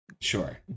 sure